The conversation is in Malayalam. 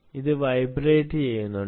ഇത് വൈബ്രേറ്റുചെയ്യുന്നുണ്ട്